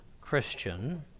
Christian